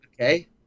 Okay